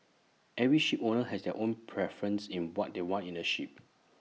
every shipowner has their own preference in what they want in A ship